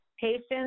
patients